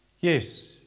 Yes